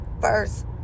first